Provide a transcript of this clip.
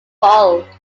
bald